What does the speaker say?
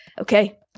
Okay